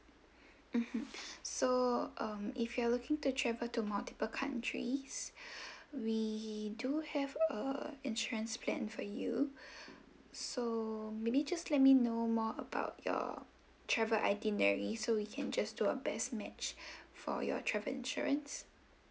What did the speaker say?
mmhmm so um if you are looking to travel to multiple countries we do have a insurance plan for you so maybe just let me know more about your travel itinerary so we can just do a best match for your travel insurance